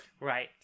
Right